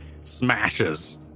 smashes